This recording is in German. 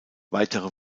weitere